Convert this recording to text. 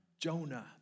Jonah